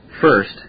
First